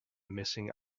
missing